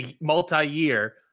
multi-year